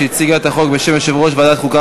שהציגה את החוק בשם יושב-ראש ועדת החוקה,